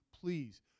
please